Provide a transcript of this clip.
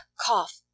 cough